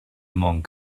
monk